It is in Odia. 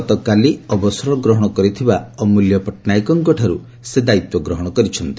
ଗତକାଲି ଅବସର ଗ୍ରହଣ କରିଥିବା ଅମୂଲ୍ୟ ପଟ୍ଟନାୟକଙ୍କଠାରୁ ସେ ଦାୟିତ୍ୱ ଗ୍ରହଣ କରିଛନ୍ତି